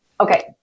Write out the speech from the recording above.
Okay